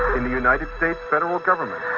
in the united states federal government.